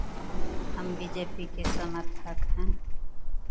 हम B J P के समर्थक हैं